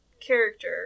character